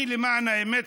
למען האמת,